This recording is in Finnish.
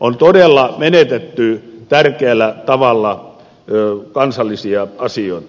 on todella menetetty tärkeällä tavalla kansallisia asioita